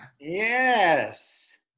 Yes